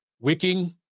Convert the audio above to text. wicking